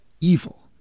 evil